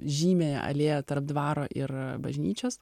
žymiąją alėją tarp dvaro ir bažnyčios